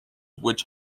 which